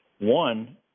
one